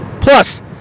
Plus